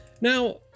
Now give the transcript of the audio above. Now